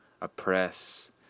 oppress